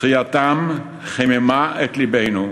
זכייתם חיממה את לבנו.